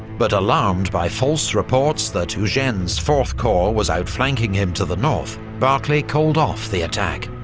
but alarmed by false reports that eugene's fourth corps was outflanking him to the north, barclay called off the attack.